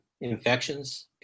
infections